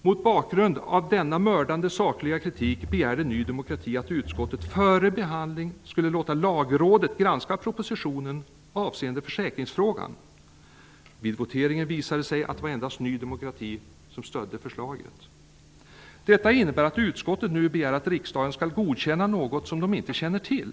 Mot bakgrund av denna mördande sakliga kritik begärde Ny demokrati att utskottet före behandling skulle låta Lagrådet granska propositionen avseende försäkringsfrågan. Vid voteringen visade det sig att det endast var Ny demokrati som stödde förslaget. Detta innebär att utskottet nu begär att riksdagen skall godkänna något som den inte känner till.